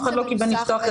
זה